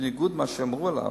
בניגוד למה שאמרו עליו.